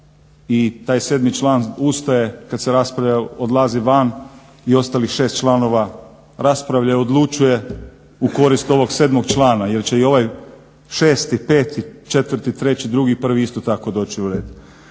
i taj sedmi član ustaje kad se raspravlja, odlazi van i ostalih šest članova raspravlja i odlučuje u korist ovog sedmog člana jer će i ovaj šesti, peti, četvrti, treći, drugi i prvi isto tako doći u red.